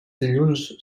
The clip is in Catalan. dilluns